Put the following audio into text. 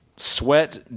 Sweat